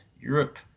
Europe